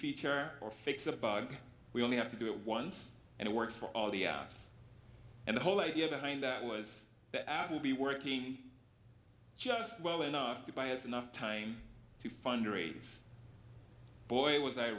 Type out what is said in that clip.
feature or fix a bug we only have to do it once and it works for all the apps and the whole idea behind that was that i will be working just well enough to buy has enough time to fundraise boy was i